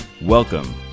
Welcome